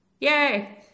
Yay